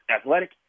athletic